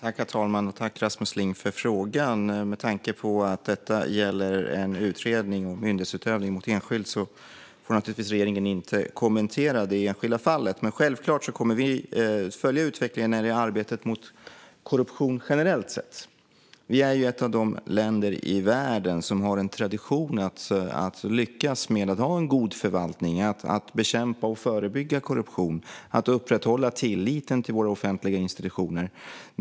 Herr talman! Tack för frågan, Rasmus Ling! Detta gäller en utredning om myndighetsutövning mot enskild, och regeringen får naturligtvis inte kommentera det enskilda fallet. Självklart kommer vi dock att följa utvecklingen när det gäller arbetet mot korruption generellt sett. Vi är ett av de länder i världen som har en tradition av att lyckas ha en god förvaltning, bekämpa och förebygga korruption och upprätthålla tilliten till våra offentliga institutioner.